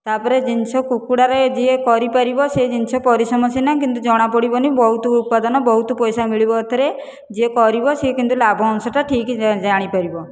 ତା'ପରେ ଜିନିଷ କୁକୁଡ଼ାରେ ଯିଏ କରିପାରିବ ସେ ଜିନିଷ ପରିଶ୍ରମ ସିନା କିନ୍ତୁ ଜଣାପଡ଼ିବନି ବହୁତୁ ଉତ୍ପାଦନ ବହୁତ ପଇସା ମିଳିବ ଏଥିରେ ଯିଏ କରିବ ସିଏ କିନ୍ତୁ ଲାଭ ଅଂଶଟା ଠିକ୍ ଜାଣିପାରିବ